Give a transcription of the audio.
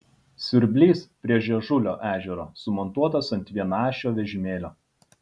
siurblys prie žiežulio ežero sumontuotas ant vienaašio vežimėlio